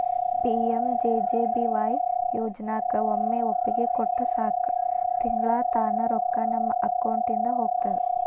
PMJJBY ಯೋಜನಾಕ ಒಮ್ಮೆ ಒಪ್ಪಿಗೆ ಕೊಟ್ರ ಸಾಕು ತಿಂಗಳಾ ತಾನ ರೊಕ್ಕಾ ನಮ್ಮ ಅಕೌಂಟಿದ ಹೋಗ್ತದ